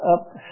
up